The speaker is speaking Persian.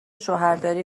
شوهرداری